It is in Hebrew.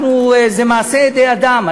זה מעשה ידי אדם.